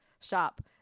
shop